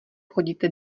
chodíte